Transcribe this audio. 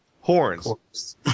horns